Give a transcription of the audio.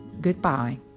goodbye